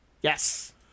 Yes